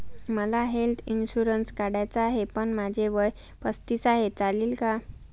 मला health insurance काढायचा आहे पण माझे वय पस्तीस आहे, चालेल का?